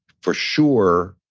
for sure,